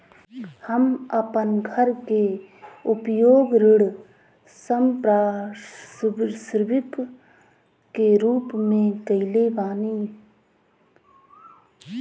हम अपन घर के उपयोग ऋण संपार्श्विक के रूप में कईले बानी